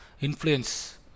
influence